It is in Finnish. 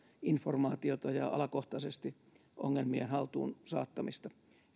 informaatiota ja alakohtaisesti ongelmien haltuun saattamista